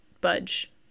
budge